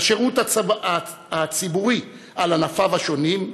לשירות הציבורי על ענפיו השונים,